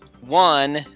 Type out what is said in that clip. One